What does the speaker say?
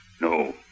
No